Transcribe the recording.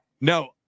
no